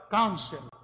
council